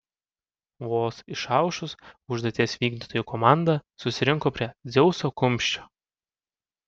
vos išaušus užduoties vykdytojų komanda susirinko prie dzeuso kumščio